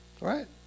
Right